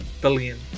billion